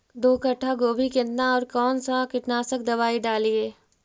दो कट्ठा गोभी केतना और कौन सा कीटनाशक दवाई डालिए?